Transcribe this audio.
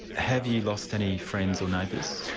have you lost any friends or neighbours?